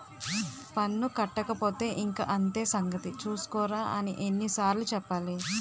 పన్ను కట్టకపోతే ఇంక అంతే సంగతి చూస్కోరా అని ఎన్ని సార్లు చెప్పాలి